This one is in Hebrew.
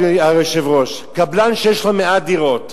אדוני היושב-ראש: קבלן שיש לו 100 דירות.